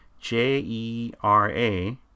J-E-R-A